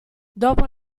dopo